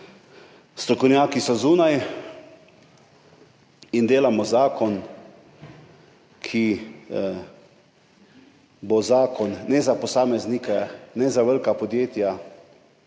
strokovnjaki so zunaj, in delamo zakon, ki ne bo za posameznike, ne za velika podjetja,